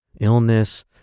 illness